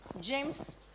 James